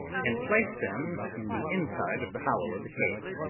and placed them in the inside of the hollow of the cave,